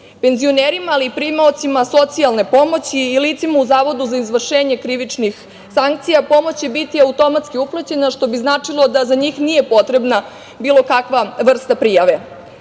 Penzionerima, ali i primaocima socijalne pomoći i licima u zavodima za izvršenje krivičnih sankcija pomoć će biti automatski uplaćena, što bi značilo da za njih nije potrebna bilo kakva vrsta prijave. Pomoć